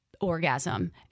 orgasm